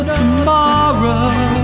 tomorrow